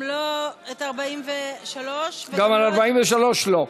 גם לא על 43. גם 43 לא.